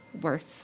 worth